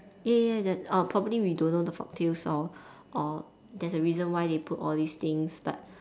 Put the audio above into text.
ya ya ya that probably we don't know the folk tales or or there is a reason why they put all these things but